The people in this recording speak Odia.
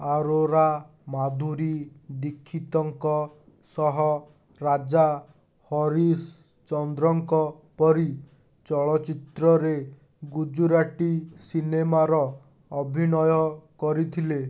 ଆରୋରା ମାଧୁରୀ ଦୀକ୍ଷିତଙ୍କ ସହ ରାଜା ହରିଶଚନ୍ଦ୍ରଙ୍କ ପରି ଚଳଚ୍ଚିତ୍ରରେ ଗୁଜୁରାଟୀ ସିନେମାର ଅଭିନୟ କରିଥିଲେ